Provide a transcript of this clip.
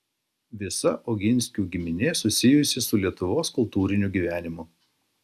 visa oginskių giminė susijusi su lietuvos kultūriniu gyvenimu